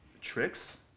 tricks